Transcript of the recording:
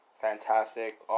Fantastic